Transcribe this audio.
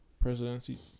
presidency